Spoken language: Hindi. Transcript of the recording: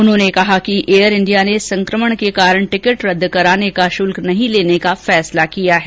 उन्होंने कहा कि एयर इंडिया ने संक्रमण के कारण टिकट रद्द कराने का शुल्क नहीं लेने का फैसला किया है